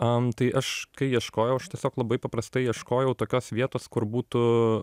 am tai aš kai ieškojau aš tiesiog labai paprastai ieškojau tokios vietos kur būtų